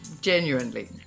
genuinely